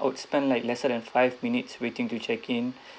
I would spend like less than five minutes waiting to check in